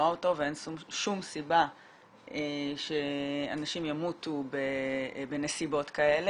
זה מוות שאפשר למנוע אותו ואין שום סיבה שאנשים ימותו בנסיבות כאלה.